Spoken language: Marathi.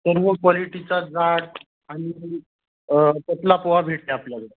सर्व क्वालिटीचा जात आणि कसला पोहा भेटते आपल्याकडे